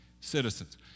citizens